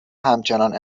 همچنان